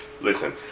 Listen